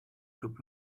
could